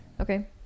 Okay